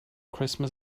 christmas